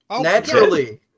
naturally